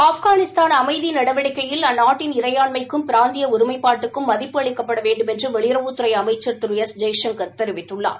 ஆப்கானிஸ்தான் அமைதி நடவடிக்கையில் அந்நாட்டின் இறையாண்மக்கும் பிராந்திய ஒருமைப்பாட்டுக்கும் மதிப்பு அளிக்கப்பட வேண்டுமென்று வெளியுறவுத்துறை அமைச்ச் திரு எஸ் ஜெய்சங்கர் தெரிவித்துள்ளார்